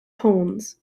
horns